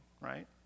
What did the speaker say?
right